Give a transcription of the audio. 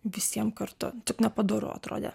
visiem kartu taip nepadoru atrodė